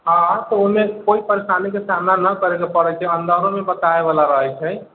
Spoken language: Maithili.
हँ तऽ ओहिमे कोइ परेशानीके सामना ना करयके पड़ैत छै अन्दरोमे भी बताबयवला रहैत छै